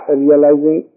realizing